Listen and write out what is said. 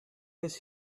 does